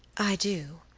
i do,